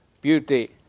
beauty